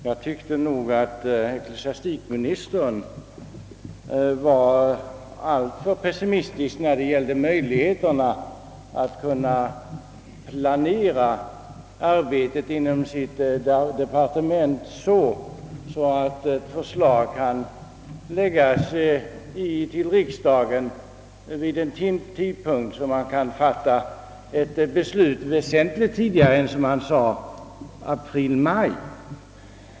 Jag tyckte nog att ecklesiastikministern var alltför pessimistisk vad gällde möjligheterna att planera arbetet inom sitt departement på ett sådant sätt att förslag kan föreläggas riksdagen vid en tidpunkt som gör det möjligt för riksdagen att fatta beslut vä sentligt tidigare än, som statsrådet sade, i april —maj.